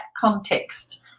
context